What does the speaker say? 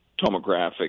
tomographic